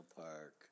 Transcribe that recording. Park